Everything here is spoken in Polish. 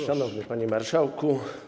Szanowny Panie Marszałku!